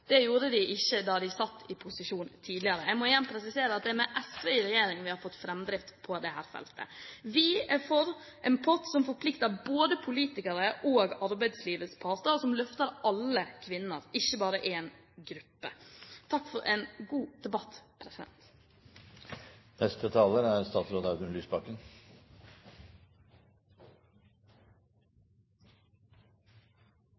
Det gjorde de ikke da de satt i posisjon tidligere. Jeg må igjen presisere at det er med SV i regjering at vi har fått framdrift på dette feltet. Vi er for en pott som forplikter både politikere og arbeidslivets parter, og som løfter alle kvinner, ikke bare én gruppe. Takk for en god debatt.